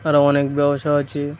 আরও অনেক ব্যবসা আছে